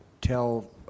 tell